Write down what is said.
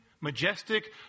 majestic